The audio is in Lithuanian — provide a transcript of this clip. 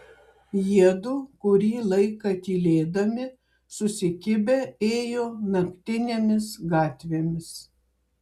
jiedu kurį laiką tylėdami susikibę ėjo naktinėmis gatvėmis